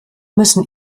müssen